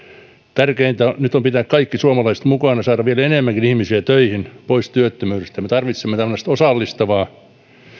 tärkeintä on nyt pitää kaikki suomalaiset mukana saada vielä enemmänkin ihmisiä töihin pois työttömyydestä me tarvitsemme tällaista osallistavaa